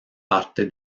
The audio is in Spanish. parte